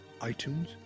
iTunes